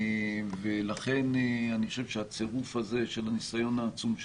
ולכן אני חושב שהצירוף הזה של הניסיון העצום,